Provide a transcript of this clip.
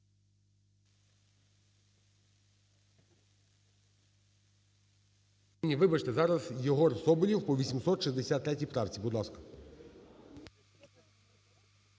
Вибачте, зараз Єгор Соболєв по 863 правці. Будь ласка.